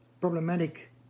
problematic